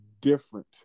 different